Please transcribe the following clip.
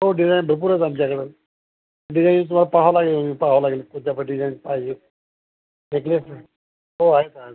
हो डिजाईन भरपूर आहे आमच्याकडे डिझाईन तुम्हाला पहावं लागेल पहावं लागेल कोणत्यापण डिझाईन पाहिजेत नेकलेस हो आहेत ना आहे आहे